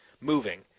moving